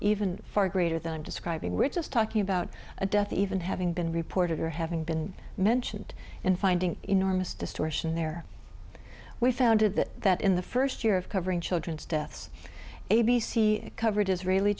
even far greater than describing richest talking about a death even having been reported or having been mentioned and finding enormous distortion there we founded that that in the first year of covering children's deaths a b c coverage is